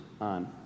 on